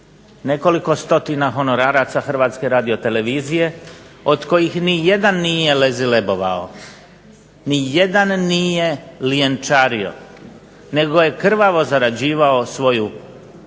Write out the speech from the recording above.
nekoliko stotina honoraraca Hrvatske radiotelevizije od kojih nijedan nije lezilebovao, nijedan nije ljenčario nego je krvavo zarađivao svoju kunu,